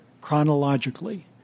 chronologically